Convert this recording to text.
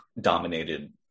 dominated